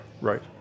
right